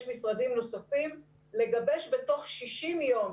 יש משרדים נוספים לגבש בתוך 60 יום,